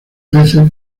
veces